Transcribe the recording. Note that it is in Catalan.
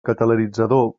catalanitzador